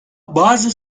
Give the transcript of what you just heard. bazı